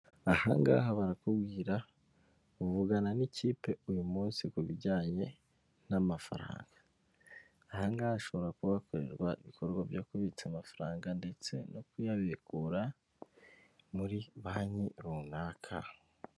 Aha ngaha barakubwira, uvugana n'ikipe uyu munsi ku bijyanye n'amafaranga. Aha ngaha hashobora kuba hakorerwa ibikorwa byo kubitsa amafaranga ndetse no kuyabikura muri banki runaka.